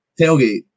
tailgate